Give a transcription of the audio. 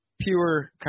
pure